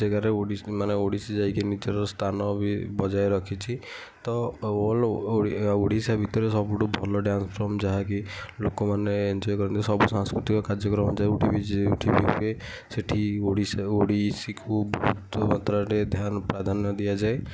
ବହୁତ ଜାଗାରେ ଓଡ଼ିଶା ମାନେ ଓଡ଼ିଶୀ ବି ଯାଇକି ନିଜର ସ୍ଥାନ ବି ବଜାଇ ରଖିଛି ତ ଅଲ୍ ଓଡ଼ିଶା ଭିତରେ ସବୁଠୁ ଭଲ ଡ୍ୟାନ୍ସ ଫର୍ମ ଯାହାକି ଲୋକମାନେ ଏନଞ୍ଜୟ କହନ୍ତି ସବୁ ସାଂସ୍କୃତିକ କାର୍ଯ୍ୟକ୍ରମ ଯେଉଁଠି ବି ଯେଉଁଠି ବି ହୁଏ ସେଠି ଓଡ଼ିଶା ଓଡ଼ିଶୀକୁ ବହୁତ ମାତ୍ରାରେ ଧ୍ୟାନ ପ୍ରାଧାନ୍ୟ ଦିଆଯାଏ